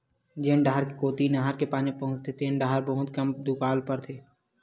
जेन डाहर कोती नहर के पानी पहुचथे तेन डाहर बहुते कम दुकाल परथे